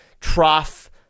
trough